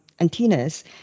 antennas